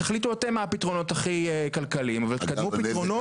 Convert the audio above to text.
תחליטו אתם מה הפתרונות הכי כלכליים אבל תקדמו פתרונות.